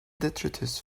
detritus